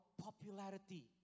popularity